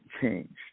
changed